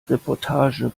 reportage